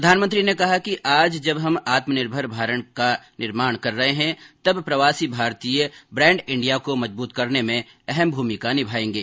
प्रधानमंत्री ने कहा कि आज जब हम आत्मनिर्भर भारत का निर्माण कर रहे हैं तब प्रवासी भारतीय ब्रैण्ड इंडिया को मजबूत करने में अहम भूमिका निभाएंगे